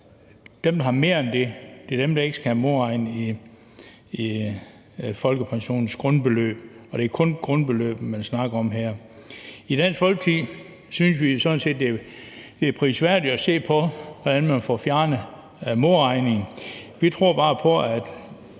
dem, der har mere end det, er dem, der ikke skal have modregnet i folkepensionens grundbeløb, og det er kun grundbeløbet, man snakker om her. I Dansk Folkeparti synes vi sådan set, det er prisværdigt at se på, hvordan man får fjernet modregningen. Vi tror bare på, at